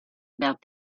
about